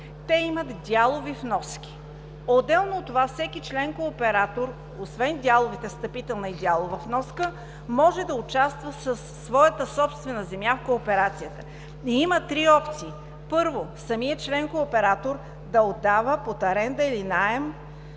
Те имат дялови вноски. Отделно от това, всеки член кооператор, освен дяловите встъпителна и дялова вноска, може да участва със своята собствена земя в кооперацията. И има три опции: първо, самият член-кооператор да отдава под аренда или наем